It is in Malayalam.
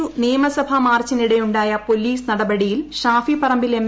യു നിയമസഭാ മാർച്ചിനിടെയുണ്ടായ പോലീസ് നടപടിയിൽ ഷാഫി പറമ്പിൽ എം